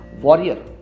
warrior